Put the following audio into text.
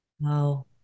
wow